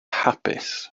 hapus